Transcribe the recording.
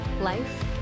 life